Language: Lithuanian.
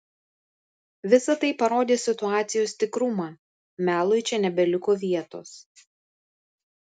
visa tai parodė situacijos tikrumą melui čia nebeliko vietos